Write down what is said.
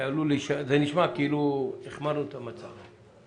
זה נשמע כאילו החמרנו את המצב.